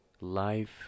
life